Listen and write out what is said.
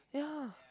yeah